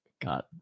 god